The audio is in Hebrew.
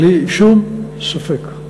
בלי שום ספק.